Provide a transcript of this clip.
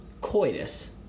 coitus